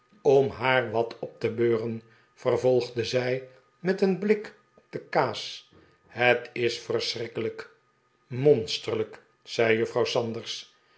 om haar wat op te beuren vervolgde zij met een blik op de kaas het is verschrikkelijk monsterlijk zei juffrouw sanders